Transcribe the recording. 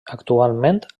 actualment